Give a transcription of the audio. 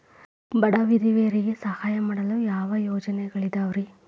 ಬಡ ವಿಧವೆಯರಿಗೆ ಸಹಾಯ ಮಾಡಲು ಯಾವ ಯೋಜನೆಗಳಿದಾವ್ರಿ?